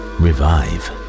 revive